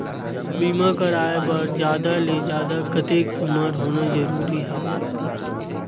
बीमा कराय बर जादा ले जादा कतेक उमर होना जरूरी हवय?